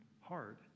hard